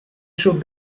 should